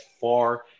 far